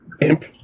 imp